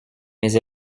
mais